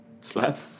Slap